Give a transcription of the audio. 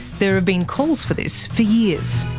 there have been calls for this for years.